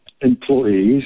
employees